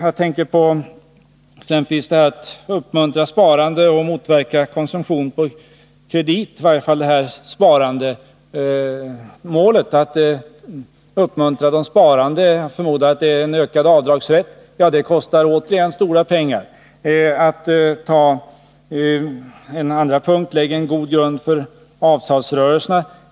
Ta t.ex. att uppmuntra sparande och motverka konsumtion på kredit. Jag förmodar att det förstnämnda handlar om ökad avdragsrätt. Det kostar stora pengar. Ytterligare en punkt: Lägg en god grund för avtalsrörelserna.